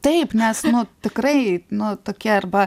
taip nes nu tikrai nu tokia arba